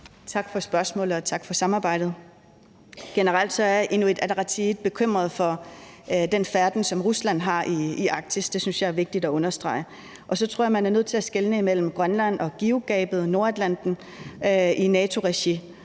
Tak for spørgsmålet, og tak for samarbejdet. Generelt er Inuit Ataqatigiit bekymret for den færden, som Rusland har i Arktis. Det synes jeg er vigtigt at understrege. Og så tror jeg, at man er nødt til at skelne imellem Grønland og GIUK-gabet i Nordatlanten i NATO-regi.